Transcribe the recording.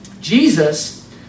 Jesus